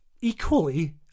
Equally